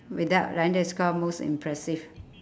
without like then that's called most impressive